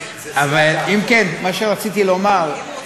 אם כן, מה שרציתי לומר,